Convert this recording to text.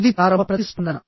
ఇది ప్రారంభ ప్రతిస్పందన